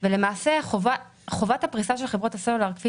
ולמעשה חובת הפריסה של חברות הסלולר כפי